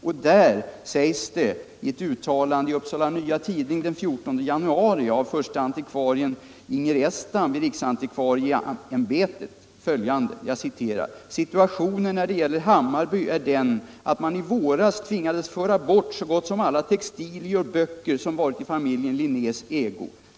Om Linnés Hammarby gör förste antikvarien Inger Estman på riksantikvarieämbetet följande uttalande i Upsala Nya Tidning av den 14 januari: ”Situationen när det gäller Hammarby är den att man i våras tvingades föra bort så gott som alla textilier och böcker som varit i familjen Linnés ägo.